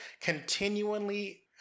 continually